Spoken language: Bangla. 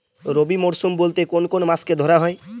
রবি মরশুম বলতে কোন কোন মাসকে ধরা হয়?